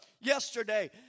yesterday